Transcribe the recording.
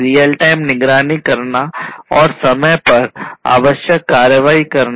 real time निगरानी करना और समय पर आवश्यक कार्रवाई करना